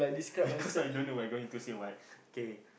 because I don't know what I going to say what K